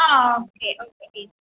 ആ okay okay teacher